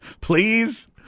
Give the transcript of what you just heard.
please